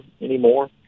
anymore